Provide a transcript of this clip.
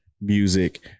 music